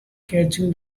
catching